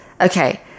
Okay